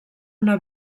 una